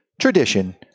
tradition